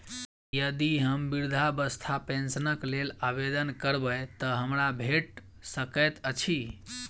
यदि हम वृद्धावस्था पेंशनक लेल आवेदन करबै तऽ हमरा भेट सकैत अछि?